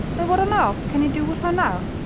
and what on earth can he do with her now?